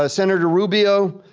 ah senator rubio,